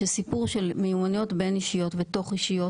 שסיפור של מיומנויות בין-אישיות ותוך אישיות